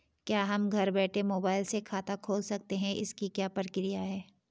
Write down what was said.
क्या हम घर बैठे मोबाइल से खाता खोल सकते हैं इसकी क्या प्रक्रिया है?